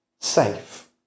safe